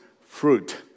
fruit